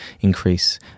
increase